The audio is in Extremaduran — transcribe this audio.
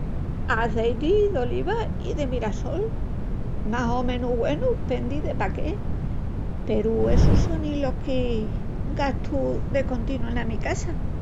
Azeiti d'oliva i de mirassol, más o menus güenu pendi de pa que, peru essus sonin los que gastu de continu ena mi casa.